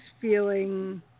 feeling